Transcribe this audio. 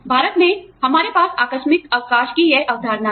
भारत में हमारे पास आकस्मिक अवकाश की यह अवधारणा है